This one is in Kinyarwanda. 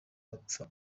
bapfa